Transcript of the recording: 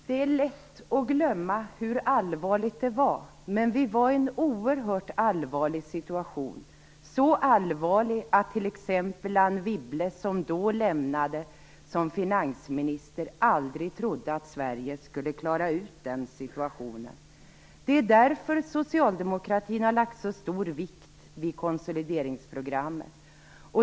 Det är lätt att glömma hur allvarligt det var, men vi var i en oerhört allvarlig situation, så allvarlig att t.ex. Anne Wibble, som då lämnade posten som finansminister, trodde att Sverige aldrig skulle klara ut den situationen. Det är därför socialdemokratin har lagt så stor vikt vid konsolideringsprogrammet.